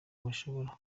mushobora